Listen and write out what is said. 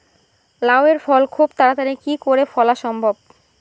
লাউ এর ফল খুব তাড়াতাড়ি কি করে ফলা সম্ভব?